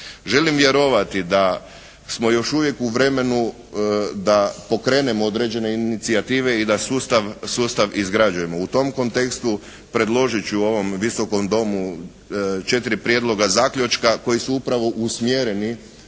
Želim vjerovati da smo još uvijek u vremenu da pokrenemo određene inicijative i da sustav izgrađujemo. U tom kontekstu predložit ću ovom Visokom domu četiri prijedloga zaključka koji su upravo usmjereni